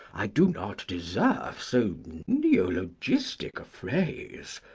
i do not deserve so neologistic a phrase.